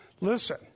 Listen